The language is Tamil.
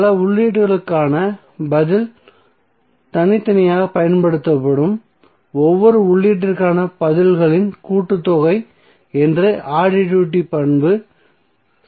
பல உள்ளீடுகளுக்கான பதில் தனித்தனியாக பயன்படுத்தப்படும் ஒவ்வொரு உள்ளீட்டிற்கான பதில்களின் கூட்டுத்தொகை என்று அடிட்டிவிட்டி பண்பு சொல்கிறது